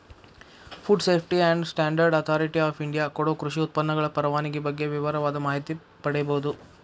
food safety and standard authority of India ಕೊಡೊ ಕೃಷಿ ಉತ್ಪನ್ನಗಳ ಪರವಾನಗಿ ಬಗ್ಗೆ ವಿವರವಾದ ಮಾಹಿತಿ ಪಡೇಬೋದು